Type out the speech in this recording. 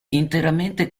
interamente